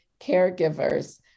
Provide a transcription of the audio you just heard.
caregivers